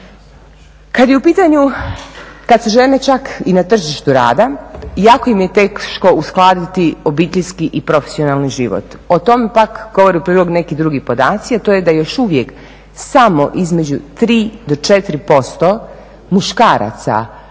Kad je u pitanju, kad su žene čak i na tržištu rada jako im je teško uskladiti obiteljski i profesionalni život. O tome pak govori u prilog neki drugi podaci, a to je da još uvijek samo između 3 do 4% muškaraca,